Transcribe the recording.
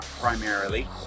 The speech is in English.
primarily